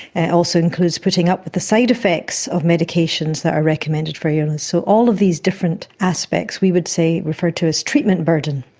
and also includes putting up with the side-effects of medications that are recommended for your illness. so all of these different aspects we would refer to as treatment burden,